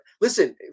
Listen